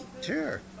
Sure